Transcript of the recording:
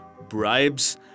bribes